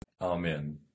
Amen